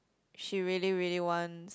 she really really wants